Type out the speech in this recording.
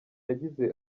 yagize